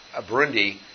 Burundi